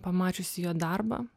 pamačiusi jo darbą